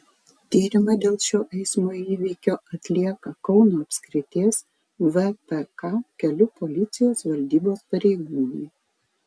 tyrimą dėl šio eismo įvykio atlieka kauno apskrities vpk kelių policijos valdybos pareigūnai